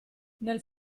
nel